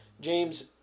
James